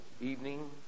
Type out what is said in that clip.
evening